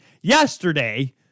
Yesterday